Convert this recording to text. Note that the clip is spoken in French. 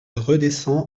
redescend